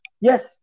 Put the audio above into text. Yes